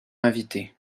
invités